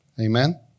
Amen